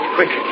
Quick